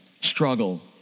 struggle